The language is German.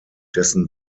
dessen